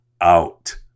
out